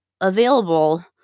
available